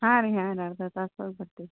ಹಾಂ ರೀ ಹಾಂ ಅರ್ಧ ತಾಸಲ್ಲಿ ಬರ್ತೀವಿ